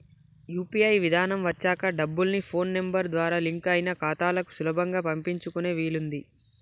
UPI విధానం వచ్చాక డబ్బుల్ని ఫోన్ నెంబర్ ద్వారా లింక్ అయిన ఖాతాలకు సులభంగా పంపించుకునే వీలుంది